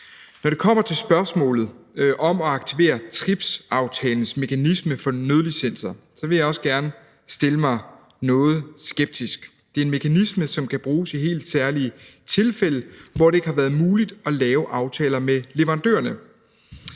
Når det kommer til spørgsmålet om at aktivere TRIPS-aftalens mekanisme for nødlicenser, vil jeg også gerne stille mig noget skeptisk. Det er en mekanisme, som kan bruges i helt særlige tilfælde, hvor det ikke har været muligt at lave aftaler med leverandørerne.